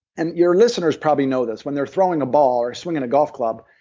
and your listeners probably know this. when they're throwing a ball or swinging a golf club,